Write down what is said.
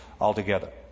altogether